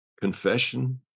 confession